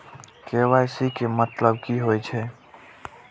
KYC के मतलब की होई छै?